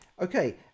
okay